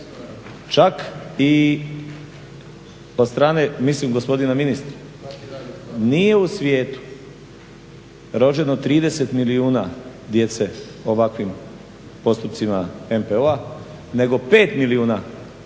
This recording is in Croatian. čak i od strane mislim gospodina ministra. Nije u svijetu rođeno 30 milijuna djece ovakvim postupcima MPO-a nego 5 milijuna djece